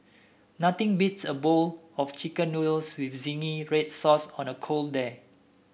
nothing beats a bowl of chicken noodles with zingy red sauce on a cold day